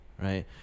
Right